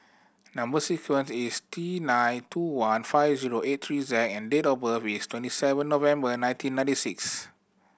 number sequence is T nine two one five zero eight three Z and date of birth is twenty seven November nineteen ninety six